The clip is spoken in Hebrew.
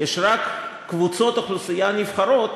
יש רק קבוצות אוכלוסייה נבחרות,